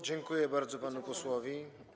Dziękuję bardzo panu posłowi.